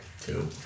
two